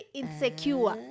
insecure